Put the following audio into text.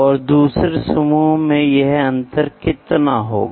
और दूसरे समूह में यह अंतर कितना होगा